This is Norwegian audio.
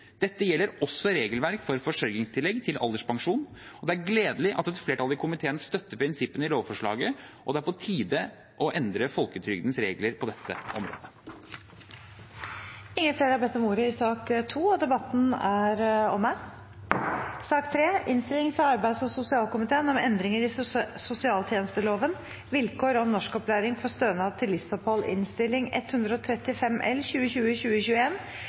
Dette gjelder også regelverket for forsørgingstillegg til alderspensjon. Det er gledelig at et flertall i komiteen støtter prinsippene i lovforslaget, og det er på tide å endre folketrygdens regler på dette området. Flere har ikke bedt om ordet til sak nr. 2. Etter ønske fra arbeids- og sosialkomiteen vil presidenten ordne debatten slik: 3 minutter til hver partigruppe og